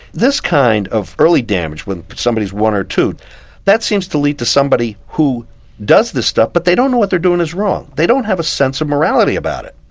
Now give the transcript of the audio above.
this kind of early damage when somebody's one or two that seems to lead to somebody who does this stuff but they don't know what they're doing is wrong, they don't have a sense of morality about it.